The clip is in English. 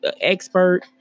expert